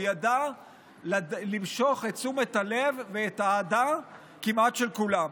הוא ידע למשוך את תשומת הלב ואת האהדה כמעט של כולם.